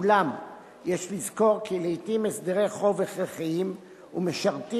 אולם יש לזכור כי לעתים הסדרי חוב הכרחיים ומשרתים